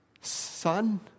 son